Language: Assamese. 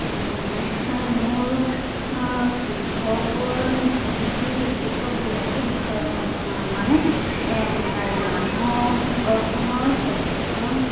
মোৰ কৃষকৰ কৃষি কৃষকবিলাকে মানে মানুহ ঘৰখনৰ প্ৰত্যেকজন